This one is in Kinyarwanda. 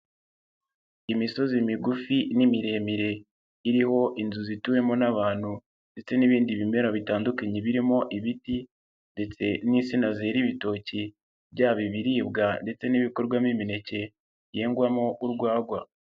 Imisozi migufi n'imiremire iriho inzu zituwemo n'abantu ndetse n'ibindi bimera bitandukanye birimo ibiti ndetse n'isina zera ibitoki byaba ibibwa ndetse n'ibikorwamo imineke hengwamo urwagwa.